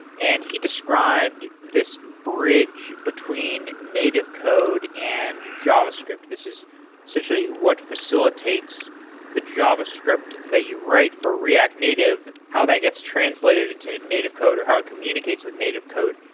and he described this bridge between native code and javascript. this is essentially what facilitates the javascript that you write for react native, how that gets translated into a native code or how it communicates with native code.